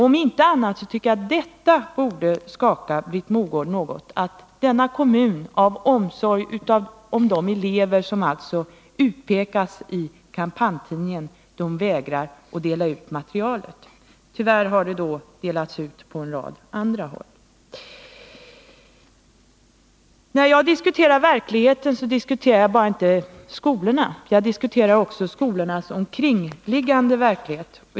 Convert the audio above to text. Om inte annat tycker jag att det borde skaka Britt Mogård något, att denna kommun av omsorg om de elever som alltså utpekas i kampanjtidningen vägrar att dela ut materialet. Tyvärr har det då delats ut på en rad andra håll. När jag diskuterar verkligheten, så diskuterar jag inte bara skolorna — jag diskuterar också skolans omkringliggande verklighet.